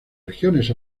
regiones